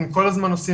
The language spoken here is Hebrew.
תלוי איפה בעולם.